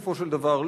בסופו של דבר,